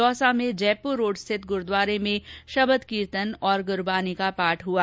दौसा में जयपुर रोड़ स्थित गुरूद्वारे में शबद कीर्तन और गुरूबाणी का पाठ हुआ